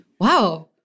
wow